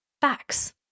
facts